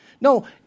No